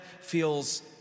feels